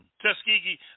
Tuskegee